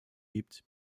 gibt